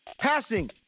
Passing